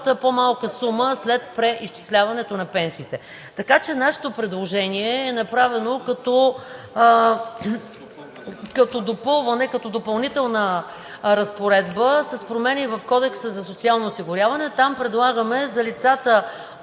по-малка сума след преизчисляването на пенсиите. Нашето предложение е направено, като допълнителна разпоредба с промени в Кодекса за социално осигуряване. Там предлагаме за лицата от